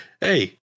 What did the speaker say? hey